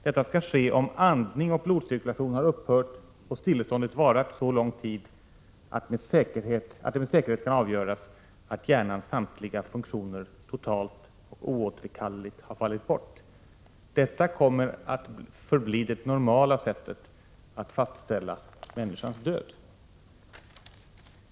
”Detta skall ske, om andning och blodcirkulation upphört och stilleståndet varat så lång tid att det med säkerhet kan avgöras att hjärnans samtliga funktioner totalt och oåterkalleligt har fallit bort.” Detta kommer att förbli det normala sättet att fastställa människans död.